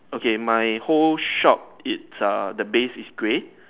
okay my whole shop it's err the base is grey